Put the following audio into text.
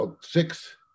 six